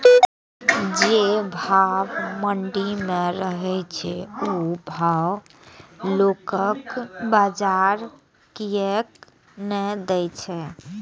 जे भाव मंडी में रहे छै ओ भाव लोकल बजार कीयेक ने दै छै?